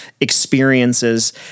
experiences